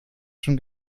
schon